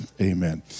Amen